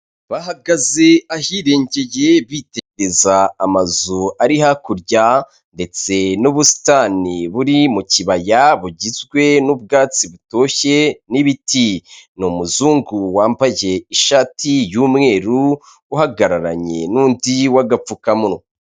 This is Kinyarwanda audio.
Bahagaze ahirengeye bitegereza amazu ari hakurya ndetse n'ubusitani buri mu kibaya bugizwe n'ubwatsi butoshye n'ibiti, n’umuzungu wambaye ishati y'umweru uhagararanye n’undi w’agapfukamunwa.